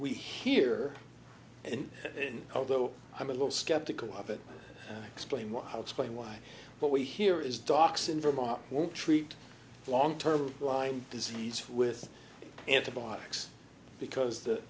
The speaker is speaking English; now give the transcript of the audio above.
we hear and then although i'm a little skeptical of it explain why how explain why but we here is docs in vermont won't treat long term lyme disease with antibiotics because the